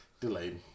Delayed